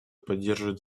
поддерживает